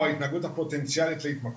או ההתנהגות הפוטנציאלית להתמכרות.